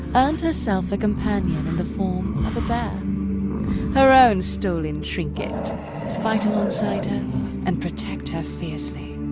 earned herself a companion in the form of a bear her own stolen trinket to fight alongside her and protect her fiercely.